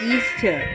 Easter